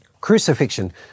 crucifixion